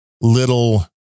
little